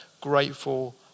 grateful